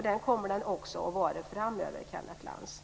Det kommer den också att vara framöver, Kenneth Lantz.